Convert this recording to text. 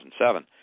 2007